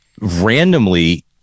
randomly